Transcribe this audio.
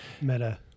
Meta